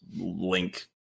Link